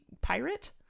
pirate